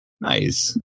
Nice